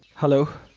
hello.